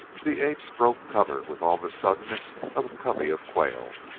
the apes broke cover with all the suddenness of a covey of quail,